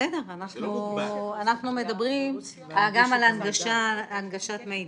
בסדר, אנחנו מדברים גם על הנגשת מידע.